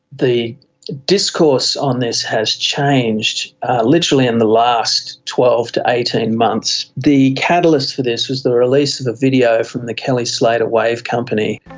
the discourse on this has changed literally in the last twelve to eighteen months. the catalyst for this was the release of a video from the kelly slater wave company,